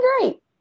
great